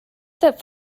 that